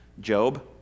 Job